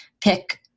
pick